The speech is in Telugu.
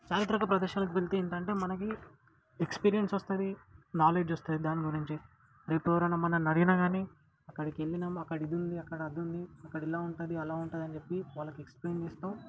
చారిత్రక ప్రదేశాలకి వెళ్తే ఏంటంటే మనకి ఎక్స్పీరియన్స్ వస్తుంది నాలెడ్జ్ వస్తుంది దాని గురించి రేపెవరన్నా మనల్నడిగినా గానీ అక్కడికెళ్ళినాం అక్కడిదుంది అక్కడదుంది అక్కడిలా ఉంటుంది అలా ఉంటుందని చెప్పి వాళ్ళకి ఎక్స్ప్లైన్ చేస్తాం